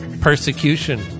persecution